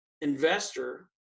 investor